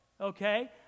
okay